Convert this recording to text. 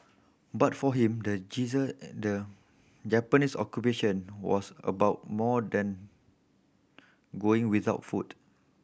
but for him the the Japanese Occupation was about more than going without food